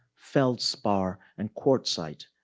feldspar and quartzite.